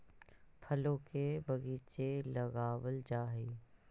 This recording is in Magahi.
फलों के बगीचे लगावल जा हई